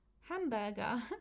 Hamburger